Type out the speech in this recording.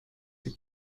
the